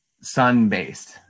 sun-based